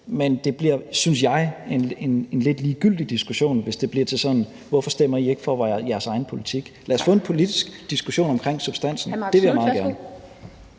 men det bliver, synes jeg, en lidt ligegyldig diskussion, hvis det bliver til sådan noget med: Hvorfor stemmer I ikke for jeres egen politik? Lad os få en politisk diskussion om substansen; det vil jeg meget gerne